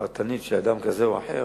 פרטנית, של אדם כזה או אחר,